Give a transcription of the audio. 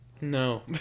no